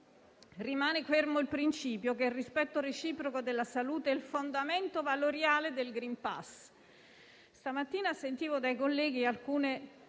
Rimane fermo il principio che il rispetto reciproco della salute è il fondamento valoriale del *green* *pass*. Ho ascoltato stamattina dai colleghi alcune